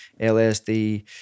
LSD